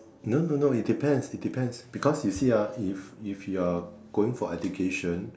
no no no it depends it depends because you see ah if if you are going for education